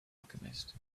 alchemist